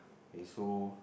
k so